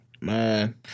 Man